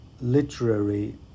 literary